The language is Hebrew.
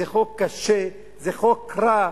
זה חוק קשה, זה חוק רע.